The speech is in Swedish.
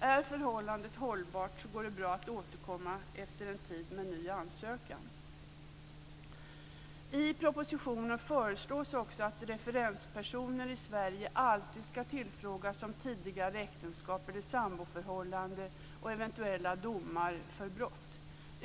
Är förhållandet hållbart så går det bra att återkomma efter en tid med en ny ansökan. I propositionen föreslås också att referenspersoner i Sverige alltid ska tillfrågas om tidigare äktenskap eller samboförhållanden och eventuella domar för brott.